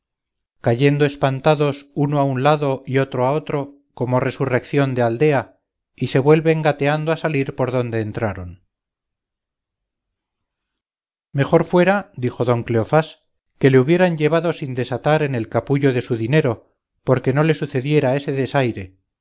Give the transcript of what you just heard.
cayendo espantados uno a un lado y otro a otro como resurreción de aldea y se vuelven gateando a salir por donde entraron mejor fuera dijo don cleofás que le hubieran llevado sin desatar en el capullo de su dinero porque no le sucediera ese desaire